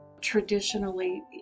Traditionally